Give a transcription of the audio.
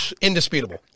indisputable